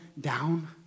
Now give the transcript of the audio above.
down